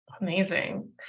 Amazing